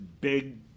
big